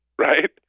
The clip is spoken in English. right